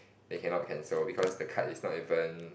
they cannot cancel because the card is not even